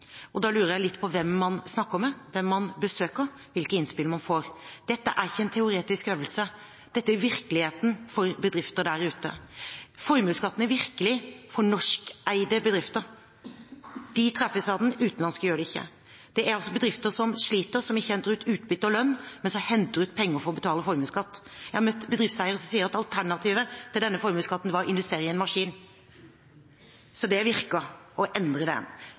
det. Da lurer jeg litt på hvem man snakker med, hvem man besøker, og hvilke innspill man får. Dette er ikke en teoretisk øvelse, det er virkeligheten for bedrifter der ute. Formuesskatten er virkelig for norskeide bedrifter. De treffes av den, utenlandske bedrifter gjør det ikke. Det er bedrifter som sliter, som ikke henter ut utbytte og lønn, men som henter ut penger for å betale formuesskatt. Jeg har møtt bedriftseiere som sier at alternativet til formuesskatten var å investere i en maskin. Så det virker å endre den.